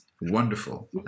wonderful